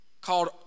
called